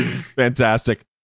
Fantastic